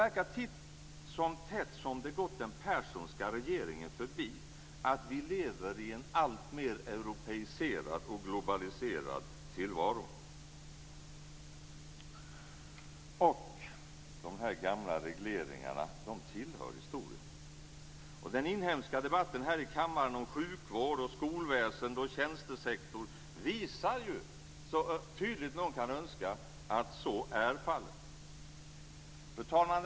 Titt som tätt verkar det ha gått den Perssonska regeringen förbi att vi lever i en alltmer europiserad och globaliserad tillvaro, och de gamla regleringarna tillhör historien. Den inhemska debatten här i kammaren om sjukvård, skolväsende och tjänstesektor visar så tydligt någon kan önska att så är fallet. Fru talman!